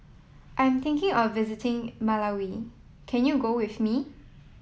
I am thinking of visiting Malawi can you go with me